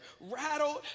rattled